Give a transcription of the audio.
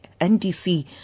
NDC